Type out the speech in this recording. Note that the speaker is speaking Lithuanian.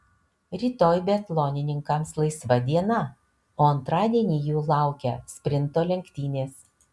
rytoj biatlonininkams laisva diena o antradienį jų laukia sprinto lenktynės